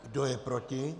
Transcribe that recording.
Kdo je proti?